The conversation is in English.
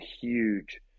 huge